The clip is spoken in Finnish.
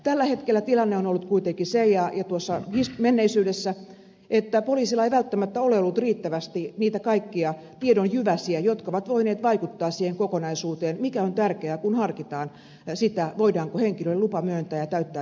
tällä hetkellä ja tuossa menneisyydessä tilanne on ollut kuitenkin se ei aina osaa myös menneisyydessä että poliisilla ei välttämättä ole ollut riittävästi niitä kaikkia tiedonjyväsiä jotka ovat voineet vaikuttaa siihen kokonaisuuteen mikä on tärkeää kun harkitaan sitä voidaanko henkilölle lupa myöntää ja täyttääkö hän nämä edellytykset